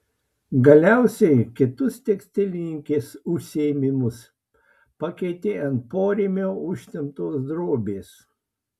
galiausiai kitus tekstilininkės užsiėmimus pakeitė ant porėmio užtemptos drobės